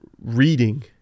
reading